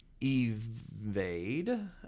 evade